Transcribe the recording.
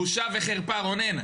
בושה וחרפה רונן,